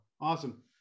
Awesome